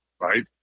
Right